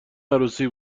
عروسی